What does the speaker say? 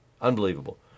Unbelievable